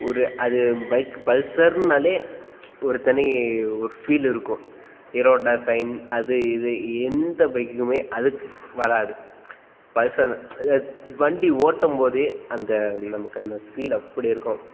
ஒரு அது பைக் பல்சர்னாலே ஒரு தனி ஒரு ஃபீல் இருக்கும் ஹீரோ ஹோண்டா சைன் அது இது எந்த பைக்குக்குமே அதுக்கு வராது பல்சர் இது வண்டி ஓட்டும் போதே அந்த நமக்கு அந்த ஃபீல் அப்படி இருக்கும்